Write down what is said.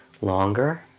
longer